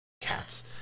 cats